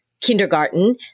kindergarten